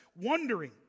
wondering